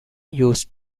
used